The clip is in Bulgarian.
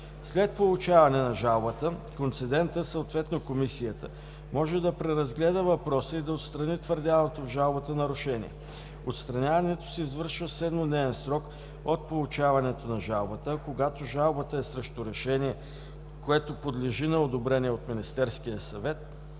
След получаването на жалбата концедентът, съответно комисията, може да преразгледа въпроса и да отстрани твърдяното в жалбата нарушение. Отстраняването се извършва в 7-дневен срок от получаването на жалбата, а когато жалбата е срещу решение, което подлежи на одобрение от Министерския съвет,